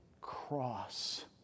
cross